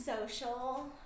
Social